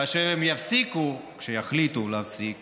כאשר הם יפסיקו, כשיחליטו להפסיק